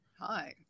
Hi